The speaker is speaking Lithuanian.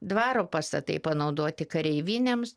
dvaro pastatai panaudoti kareivinėms